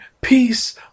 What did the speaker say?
peace